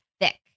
thick